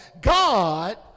God